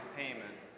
payment